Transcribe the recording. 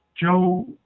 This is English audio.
Joe